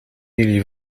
jullie